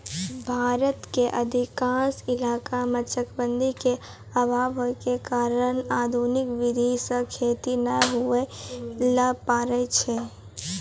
भारत के अधिकांश इलाका मॅ चकबंदी के अभाव होय के कारण आधुनिक विधी सॅ खेती नाय होय ल पारै छै